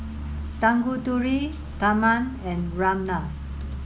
Tanguturi Tharman and Ramnath